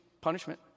punishment